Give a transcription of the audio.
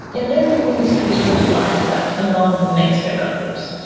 and then the ministries were divided up among the main rebel groups.